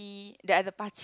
the other party